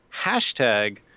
hashtag